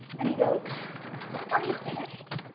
and he goes are you finished?